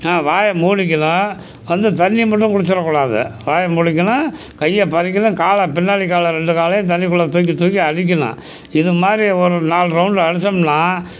வாயை மூடிக்கணும் வந்து தண்ணியை மட்டும் குடிச்சிடக்கூடாது வாயை மூடிக்கணும் கையை பறிக்கணும் கால் பின்னாடி கால் ரெண்டு காலையும் தண்ணிக்குள்ள தூக்கி தூக்கி அடிக்கணும் இது மாதிரி ஒரு நாலு ரவுண்டு அடிச்சோம்னா